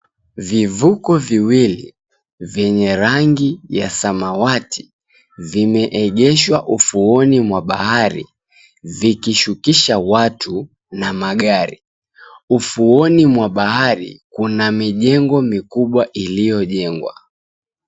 Vivuko viwili, vyenye rangi ya samawati, vimeegeshwa ufuoni mwa bahari, vikishukisha watu na magari. Ufuoni mwa bahari, kuna mijengo mikubwa iliyojengwa.